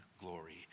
glory